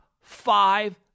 five